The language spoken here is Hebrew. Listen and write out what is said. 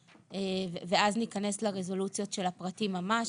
ואז ניכנס לרזולוציות של הפרטים ממש,